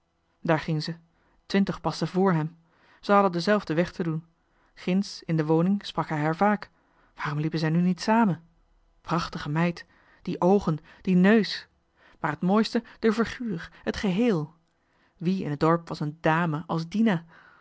daar ging zij twintig passen vr hem zij hadden denzelfden weg te doen ginds in de woning sprak hij haar vaak waarom liepen zij nu niet samen prachtige meid die oogen die neus maar het mooist d'er figuur het gehéél wie in t dorp was een dàme als dina